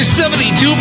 72